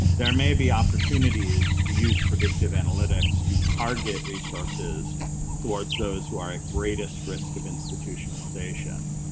there may be opportunities to use predictive analytics to target resources towards those who are at greatest risk of institutionalization,